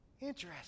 interesting